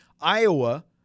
Iowa